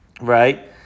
right